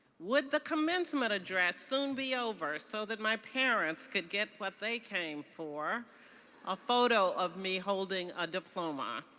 would the commencement address soon be over so that my parents could get what they came for a photo of me holding a diploma.